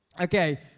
Okay